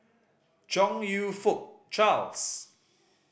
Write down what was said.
Chong You Fook Charles